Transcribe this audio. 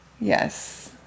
Yes